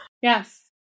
Yes